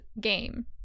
game